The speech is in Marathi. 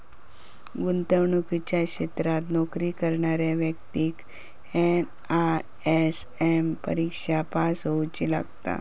गुंतवणुकीच्या क्षेत्रात नोकरी करणाऱ्या व्यक्तिक एन.आय.एस.एम परिक्षा पास होउची लागता